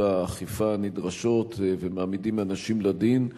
האכיפה הנדרשות ומעמידים אנשים לדין,